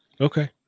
okay